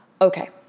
Okay